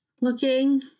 looking